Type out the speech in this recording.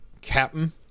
captain